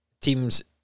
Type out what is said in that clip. teams